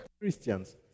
Christians